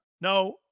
No